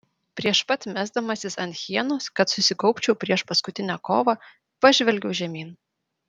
prieš pat mesdamasis ant hienos kad susikaupčiau prieš paskutinę kovą pažvelgiau žemyn